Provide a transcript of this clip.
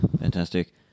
Fantastic